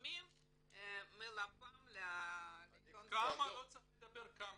לפרסומים של לפ"מ --- לא צריך לדבר כמה.